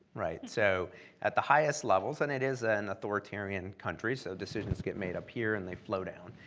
right? so at the highest levels, and it is an authoritarian country, so decisions get made up here and they flow down.